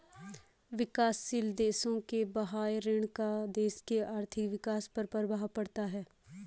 विकासशील देशों के बाह्य ऋण का देश के आर्थिक विकास पर प्रभाव पड़ता है